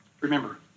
remember